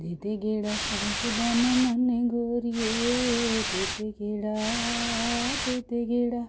ਦੇ ਦੇ ਗੇੜਾ ਸ਼ੌਕ ਦਾ ਨਨਾਣੇ ਗੋਰੀਏ ਦੇ ਦੇ ਗੇੜਾ ਦੇ ਦੇ ਗੇੜਾ